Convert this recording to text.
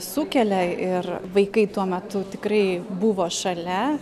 sukelia ir vaikai tuo metu tikrai buvo šalia